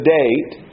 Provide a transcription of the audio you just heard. date